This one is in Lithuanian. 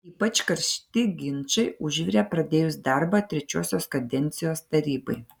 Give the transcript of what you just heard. ypač karšti ginčai užvirė pradėjus darbą trečiosios kadencijos tarybai